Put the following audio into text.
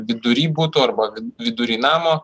vidury buto arba vidury namo